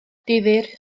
difyr